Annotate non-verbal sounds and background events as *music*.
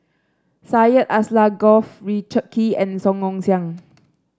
Syed Alsagoff Richard Kee and Song Ong Siang *noise*